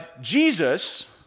Jesus